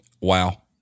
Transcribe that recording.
Wow